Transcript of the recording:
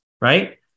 right